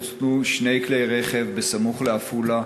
הוצתו שני כלי רכב סמוך לעפולה,